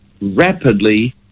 rapidly